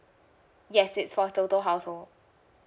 yes it's for total household